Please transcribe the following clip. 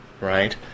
right